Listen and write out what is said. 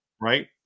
Right